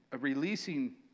releasing